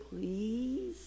please